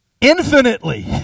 Infinitely